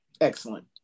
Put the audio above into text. excellent